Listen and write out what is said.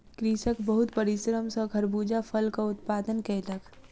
कृषक बहुत परिश्रम सॅ खरबूजा फलक उत्पादन कयलक